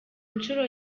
nshuro